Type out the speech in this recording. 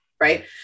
right